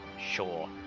Sure